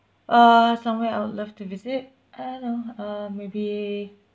uh somewhere I would love to visit I don't know uh maybe